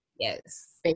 Yes